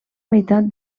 meitat